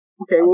Okay